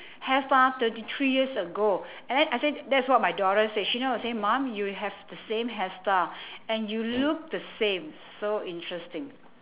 hairstyle thirty three years ago and then I say that's what my daughter say she know how to say the same mum you have the same hairstyle and you look the same so interesting